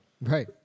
Right